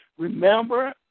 Remember